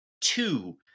two